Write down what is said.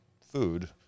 food